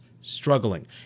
struggling